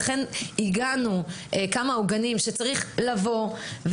לכן עיגנו כמה עוגנים שצריך לבוא,